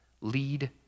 lead